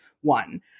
one